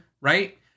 right